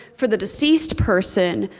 for the deceased person,